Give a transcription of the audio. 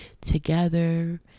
together